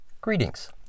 Greetings